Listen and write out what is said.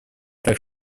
так